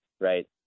right